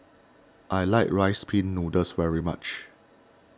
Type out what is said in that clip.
I like Rice Pin Noodles very much